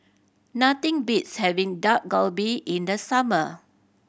nothing beats having Dak Galbi in the summer